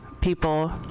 people